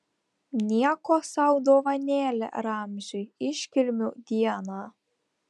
nieko sau dovanėlė ramziui iškilmių dieną